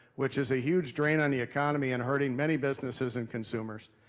which is a huge drain on the economy and hurting many businesses and consumers.